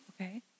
Okay